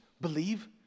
believe